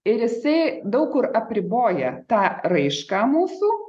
ir jisai daug kur apriboja tą raišką mūsų